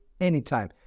anytime